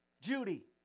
Judy